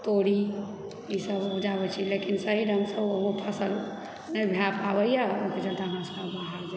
तोरी ईसभ उपजाबै छी लेकिन सही ढ़ंगसँ ओहो फसल नहि भए पाबैए ओहिके चलते हमरा सभकेँ बाहर जाए पड़ैए